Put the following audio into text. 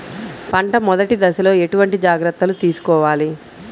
పంట మెదటి దశలో ఎటువంటి జాగ్రత్తలు తీసుకోవాలి?